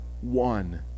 one